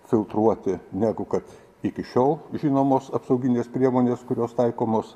filtruoti negu kad iki šiol žinomos apsauginės priemonės kurios taikomos